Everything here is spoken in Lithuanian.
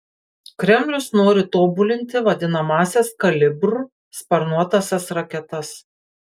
kremlius nori tobulinti vadinamąsias kalibr sparnuotąsias raketas